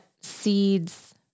seeds